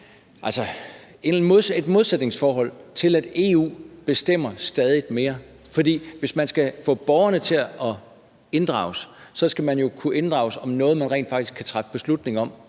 et modsætningsforhold i, at EU bestemmer stadig mere? For hvis man skal få borgerne til at blive inddraget, skal de jo kunne inddrages om noget, de rent faktisk kan træffe beslutning om.